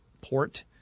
port